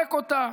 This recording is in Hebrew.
לפרק אותה,